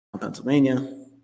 pennsylvania